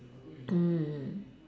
mm